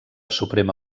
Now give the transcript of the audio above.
suprema